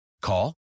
Call